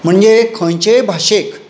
म्हणजें खंंयचेय भाशेक